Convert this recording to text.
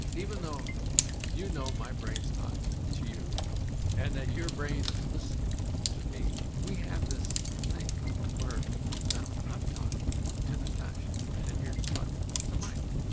even though you know my brain is talking to you and that your brain is listening to me, we have this thing where no, i'm talking to natasha and you're talking to mike.